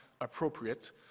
appropriate